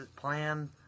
plan